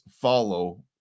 follow